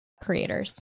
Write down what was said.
creators